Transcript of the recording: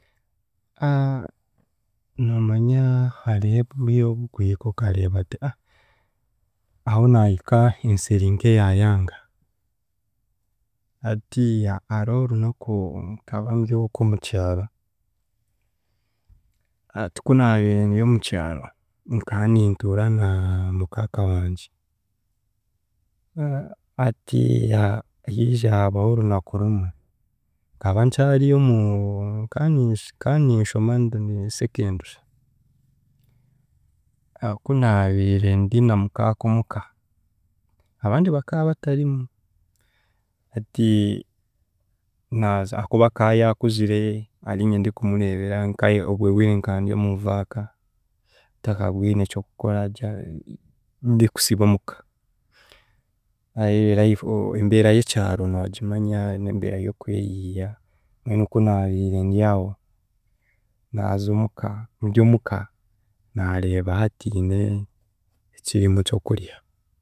Noomanya hariho- obu bukuhika okareeba oti a ahu naahika ensi eri nk’eyaayanga, hatiiya hariho orunaku nkaba ndy’okwe omukyaro anti kunaabiire ndy'omukyaro, nka nintuura na mukaaka wangye hatiiya hiija habaho orunaku rumwe, nkaba kyaryo omu nkani nkaninshoma ndi mu secondary kunaaabiire ndi na mukaaka omuka abandi baka batarimu hati naaza akuba akayakuzire ariinye ndikumureeberera obwe bwire nkandyp omu vaaka ntakabwine kyokukora ja- ndikusiiba omuka, life or ombera y'ekyaro n'ogimanya n'embera y'okweyiya mbwenu kunaabiire ndyaho, naaza omuka ndy'omuka naareeba hatiine ekirimu ky'okurya